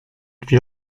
d’être